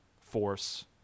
force